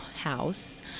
house